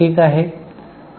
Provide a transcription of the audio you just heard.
ठीक आहे